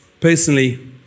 Personally